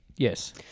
Yes